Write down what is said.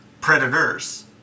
Predators